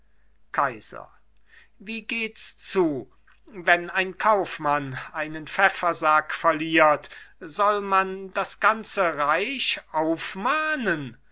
kaiser wie geht's zu wenn ein kaufmann einen pfeffersack verliert soll man das ganze reich aufmahnen